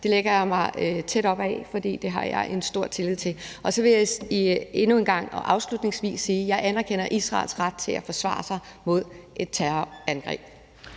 Det lægger jeg mig tæt op ad, for det har jeg stor tillid til. Så vil jeg endnu en gang afslutningsvis sige, at jeg anerkender Israels ret til at forsvare sig mod et terrorangreb.